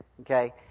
Okay